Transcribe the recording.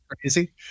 crazy